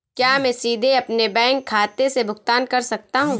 क्या मैं सीधे अपने बैंक खाते से भुगतान कर सकता हूं?